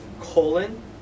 colon